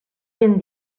ben